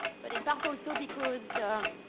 but in part, also because the